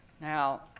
Now